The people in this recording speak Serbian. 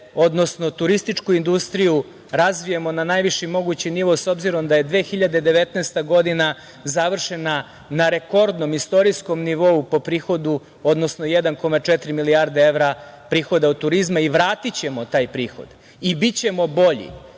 odnosno turističku industriju razvijemo na najviši mogući nivo, s obzirom da je 2019. godina završena na rekordnom, istorijskom nivou po prihodu, odnosno 1,4 milijarde evra prihoda od turizma i vratićemo taj prihod i bićemo bolji,